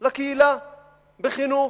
לקהילה בחינוך,